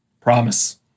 Promise